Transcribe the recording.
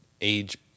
age